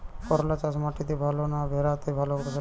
করলা চাষ মাটিতে ভালো না ভেরাতে ভালো ফলন হয়?